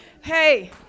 Hey